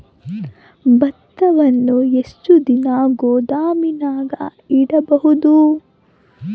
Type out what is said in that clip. ಭತ್ತವನ್ನು ಎಷ್ಟು ದಿನ ಗೋದಾಮಿನಾಗ ಇಡಬಹುದು?